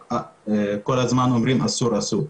כל הזמן אומרים אסור אסור.